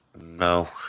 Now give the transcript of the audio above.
No